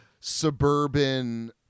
suburban